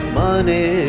money